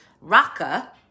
raka